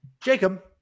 Jacob